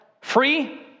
free